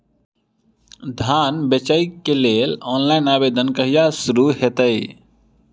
धान बेचै केँ लेल ऑनलाइन आवेदन कहिया शुरू हेतइ?